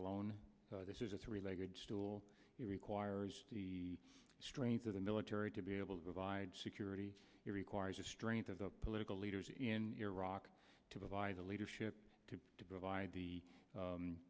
alone this is a three legged stool it requires the strength of the military to be able to provide security it requires the strength of the political leaders in iraq to provide the leadership to provide the